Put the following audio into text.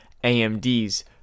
AMD's